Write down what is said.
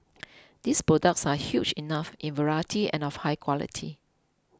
these products are huge enough in variety and of high quality